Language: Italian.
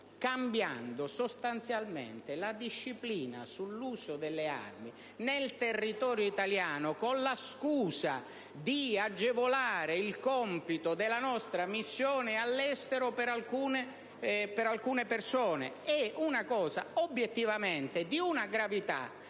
cambiando sostanzialmente la disciplina sull'uso delle armi nel territorio italiano, con la scusa di agevolare il compito della nostra missione all'estero per alcune persone. È una cosa obiettivamente di notevole gravità